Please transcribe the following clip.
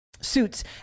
suits